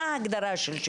מה ההגדרה של שיפור חיים?